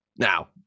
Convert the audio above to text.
Now